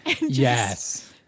Yes